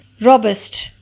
robust